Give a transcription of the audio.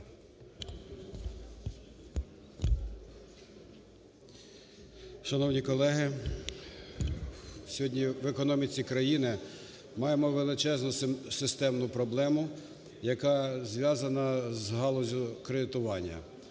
Шановні колеги! Сьогодні в економіці країни маємо величезну системну проблему, яка зв'язана з галуззю кредитування.